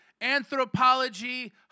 anthropology